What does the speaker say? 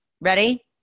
Ready